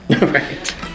right